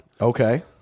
Okay